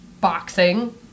Boxing